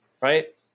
right